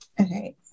Okay